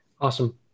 Awesome